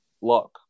lock